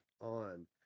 on